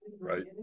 right